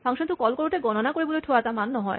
ফাংচনটো কল কৰোতে গণনা কৰিবলৈ থোৱা এটা মান নহয়